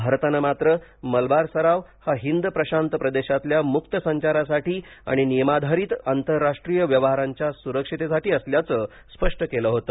भारतानं मात्र मलबार सराव हा हिंद प्रशांत प्रदेशातल्या मुक्त संचारासाठी आणि नियमाधारित आंतरराष्ट्रीय व्यवहारांच्या सुरक्षिततेसाठी असल्याचं स्पष्ट केलं होतं